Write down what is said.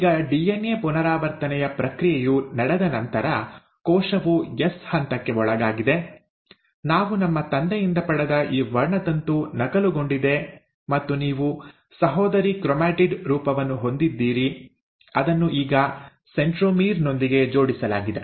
ಈಗ ಡಿಎನ್ಎ ಪುನರಾವರ್ತನೆಯ ಪ್ರಕ್ರಿಯೆಯು ನಡೆದ ನಂತರ ಕೋಶವು ಎಸ್ ಹಂತಕ್ಕೆ ಒಳಗಾಗಿದೆ ನಾವು ನಮ್ಮ ತಂದೆಯಿಂದ ಪಡೆದ ಈ ವರ್ಣತಂತು ನಕಲುಗೊಂಡಿದೆ ಮತ್ತು ನೀವು ಸಹೋದರಿ ಕ್ರೊಮ್ಯಾಟಿಡ್ ರೂಪವನ್ನು ಹೊಂದಿದ್ದೀರಿ ಅದನ್ನು ಈಗ ಸೆಂಟ್ರೊಮೀರ್ ನೊಂದಿಗೆ ಜೋಡಿಸಲಾಗಿದೆ